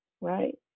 right